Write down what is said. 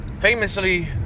Famously